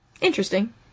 Interesting